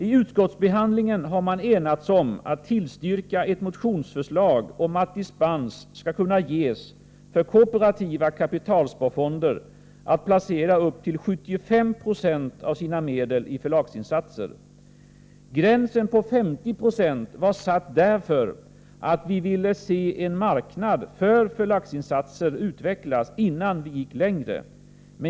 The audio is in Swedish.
I utskottsbehandlingen har man enats om att tillstyrka ett motionsförslag om att dispens skall kunna ges för kooperativa kapitalsparfonder att placera upp till 75 96 av sina medel i förlagsinsatser. Gränsen på 50 96 var satt därför att vi ville se en marknad för förlagsinsatser utvecklas, innan vi gick längre.